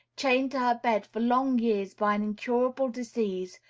chained to her bed for long years by an incurable disease,